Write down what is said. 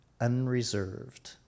unreserved